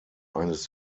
eines